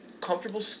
comfortable